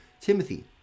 Timothy